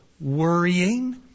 worrying